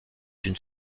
une